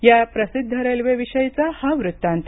या प्रसिद्ध रेल्वेविषयीचा वृत्तांत